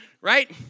right